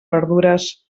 verdures